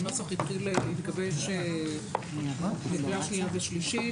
הנוסח התחיל להתגבש לקריאה שנייה ושלישית.